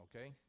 okay